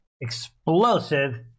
explosive